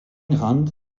rand